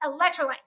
Electrolytes